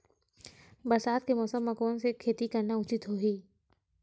बरसात के मौसम म कोन से खेती करना उचित होही?